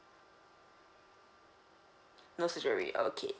no surgery okay